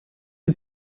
die